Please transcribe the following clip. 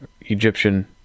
Egyptian